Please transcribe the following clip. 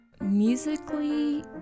Musically